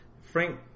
Frank